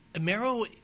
Marrow